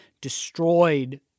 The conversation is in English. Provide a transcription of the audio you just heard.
destroyed